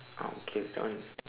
ah okay that one